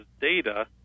data